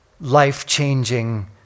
life-changing